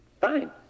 Fine